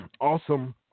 Awesome